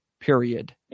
period